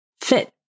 fit